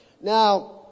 Now